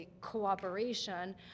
cooperation